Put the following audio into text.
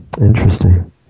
Interesting